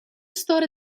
storie